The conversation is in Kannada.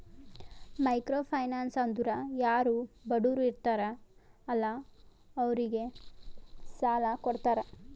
ಮೈಕ್ರೋ ಫೈನಾನ್ಸ್ ಅಂದುರ್ ಯಾರು ಬಡುರ್ ಇರ್ತಾರ ಅಲ್ಲಾ ಅವ್ರಿಗ ಸಾಲ ಕೊಡ್ತಾರ್